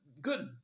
good